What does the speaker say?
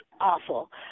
awful